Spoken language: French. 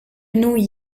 nous